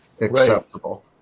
acceptable